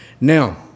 Now